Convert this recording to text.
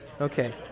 Okay